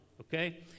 okay